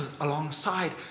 alongside